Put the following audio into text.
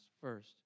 first